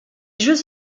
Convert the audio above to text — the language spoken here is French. jeux